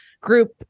group